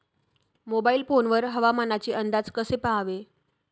Mobile phone वर हवामानाचे अंदाज कसे पहावे?